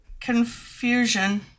Confusion